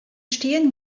stehen